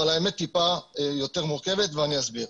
האמת טיפה יותר מורכבת ואני אסביר.